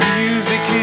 music